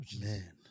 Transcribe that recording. man